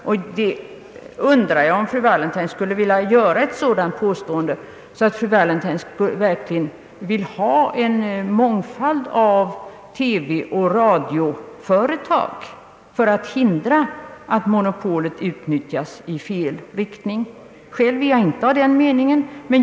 Och jag undrar om fru Wallentheim är beredd att dra konsekvensen av ett sådant påstående. Det bör då finnas en mångfald av TV och radioföretag för att hindra att monopolet utnyttjas på ett felaktigt sätt. Själv är jag inte av den meningen.